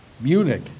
Munich